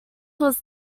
was